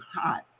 hot